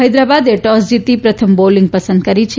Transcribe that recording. હૈદરાબાદે toss જીતી પ્રથમ bowling પસંદ કરી છે